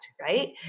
right